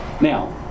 Now